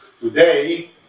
Today